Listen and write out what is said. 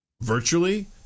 virtually